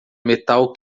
metal